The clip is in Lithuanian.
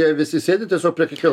jie visi sėdi tiesiog prie kiekvieno